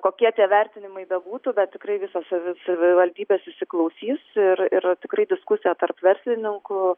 kokie tie vertinimai bebūtų bet tikrai visos savivaldybės įsiklausys ir ir tikrai diskusija tarp verslininkų